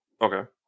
Okay